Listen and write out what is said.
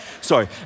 sorry